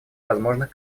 возможных